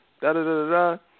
da-da-da-da-da